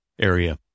area